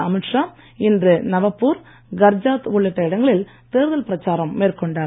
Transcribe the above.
அமித் ஷா இன்று நவப்பூர் கர்ஜாத் உள்ளிட்ட இடங்களில் தேர்தல் பிரச்சாரம் மேற்கொண்டார்